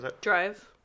Drive